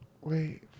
wait